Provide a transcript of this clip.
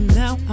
now